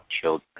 children